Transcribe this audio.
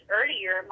earlier